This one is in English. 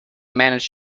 managed